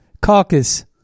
caucus